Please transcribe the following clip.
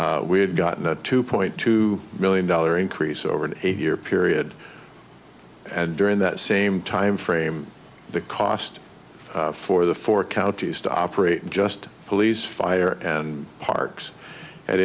year we had gotten a two point two million dollar increase over an eight year period and during that same time frame the cost for the four counties to operate just police fire and parks and